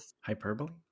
hyperbole